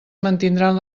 mantindran